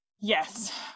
yes